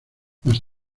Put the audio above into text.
más